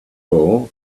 all